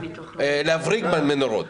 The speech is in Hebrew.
שבו מבריגים נורות.